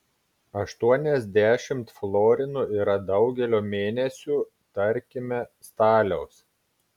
aštuoniasdešimt florinų yra daugelio mėnesių tarkime staliaus